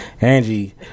angie